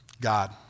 God